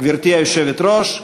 גברתי היושבת-ראש,